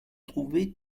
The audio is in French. trouver